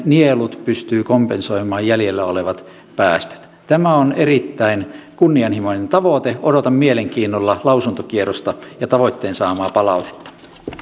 nielut pystyvät kompensoimaan jäljellä olevat päästöt tämä on erittäin kunnianhimoinen tavoite odotan mielenkiinnolla lausuntokierrosta ja tavoitteen saamaa palautetta